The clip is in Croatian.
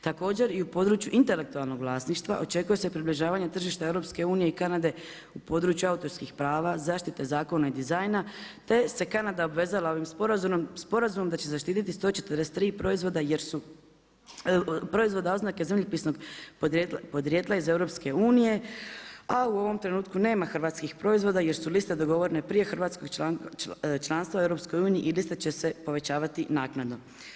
Također, i u području intelektualnog vlasništva, očekujem se približavanja tržišta EU i Kanade u području autorskih prava, zaštite zakona i dizajna, te se Kanada obvezala ovim sporazumom, sporazum da će zaštiti 143 proizvoda jer su proizvoda oznake zemljopisnog podrijetla iz EU, a u ovom trenutku nema hrvatskih proizvoda, jer su liste dogovorene prije hrvatskog članstva EU i lista će se povećavati naknado.